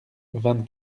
vingt